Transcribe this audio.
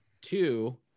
Two